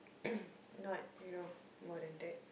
not you know more than that